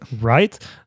right